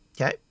Okay